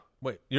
Wait